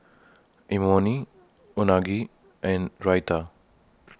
Imoni Unagi and Raita